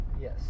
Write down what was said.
Yes